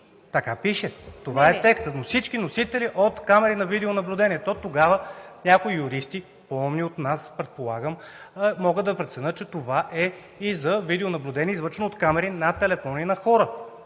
Не. ХРИСТО ГАДЖЕВ: „До всички носители от камери на видеонаблюдение“. Тогава някои юристи, по-умни от нас предполагам, могат да преценят, че това е и за видеонаблюдение, извършено от камери на телефони на хора,